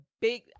big